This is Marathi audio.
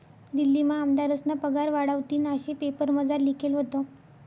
दिल्लीमा आमदारस्ना पगार वाढावतीन आशे पेपरमझार लिखेल व्हतं